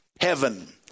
heaven